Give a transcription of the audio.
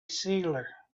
sealer